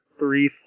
three